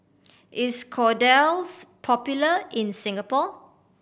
is Kordel's popular in Singapore